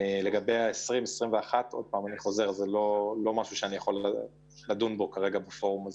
לגבי 2020/2021 זה לא משהו שאני יכול לדון בו בפורום הזה.